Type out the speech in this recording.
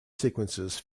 sequences